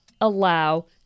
allow